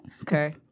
Okay